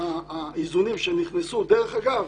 האיזונים שנכנסו דרך אגב,